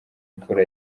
imfura